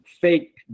fake